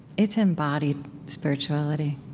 it's embodied spirituality,